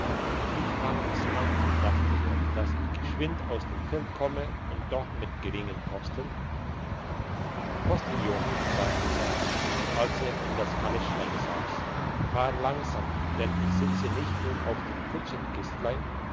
wie fang ich's an dachte er dass ich geschwind aus dem feld komme und doch mit geringen kosten postillion sagte er als er in das kaleschlein sass fahr langsam denn ich sitze nicht nur auf dem